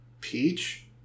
Peach